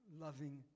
loving